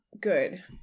Good